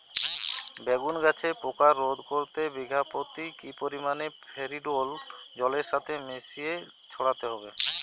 বেগুন গাছে পোকা রোধ করতে বিঘা পতি কি পরিমাণে ফেরিডোল জলের সাথে মিশিয়ে ছড়াতে হবে?